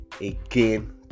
again